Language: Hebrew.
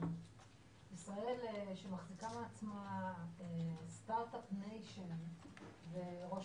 ישראל שמחזיקה מעצמה אומת סטארט-אפ וראש